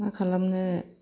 मा खालामनो